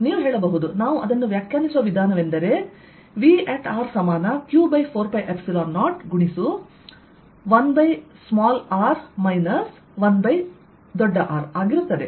ನೀವು ಹೇಳಬಹುದು ನಾವು ಅದನ್ನು ವ್ಯಾಖ್ಯಾನಿಸುವ ವಿಧಾನವೆಂದರೆ V ಸಮಾನ q4π0 ಗುಣಿಸು 1r 1R ವಾಗಿರುತ್ತದೆ